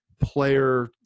player